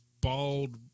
bald